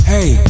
Hey